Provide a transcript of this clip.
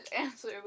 answer